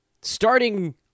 starting